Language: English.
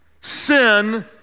sin